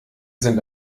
sind